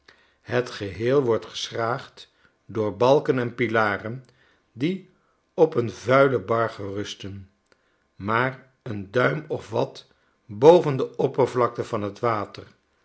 het geheel wordt geschraagd door balken en pilaren die op een vuile barge rusten maar een duim of wat boven de oppervlakte van t water